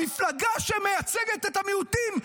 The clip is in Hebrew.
המפלגה שמייצגת את המיעוטים,